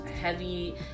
heavy